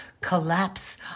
collapse